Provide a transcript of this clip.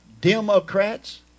Democrats